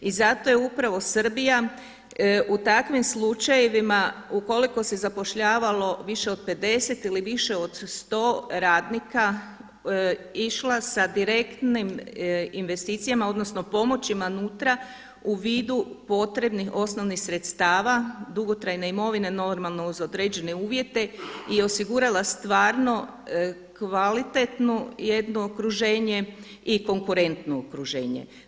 I zato je upravo Srbija u takvim slučajevima ukoliko se zapošljavalo više od 50 ili više od 100 radnika išla sa direktnim investicijama, odnosno pomoćima nutra u vidu potrebnih osnovnih sredstava, dugotrajne imovine normalno uz određene uvjete i osigurala stvarno kvalitetno jedno okruženje i konkurentno okruženje.